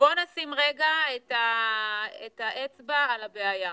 בוא נשים רגע את האצבע על הבעיה.